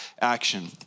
action